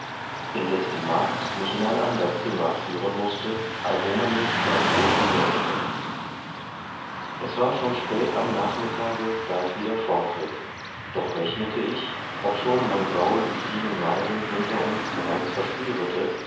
indeß die magd mich in ein ander zimmer führen mußte allwo man mich gar wohl bewirthete es war schon spät am nachmittage da ich wieder fortritt doch rechnete ich obschon mein gaul die vielen meilen hinter uns bereits verspürete